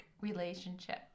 relationship